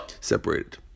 separated